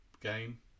game